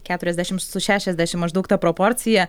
keturiasdešim su šešiasdešim maždaug ta proporcija